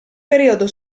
periodo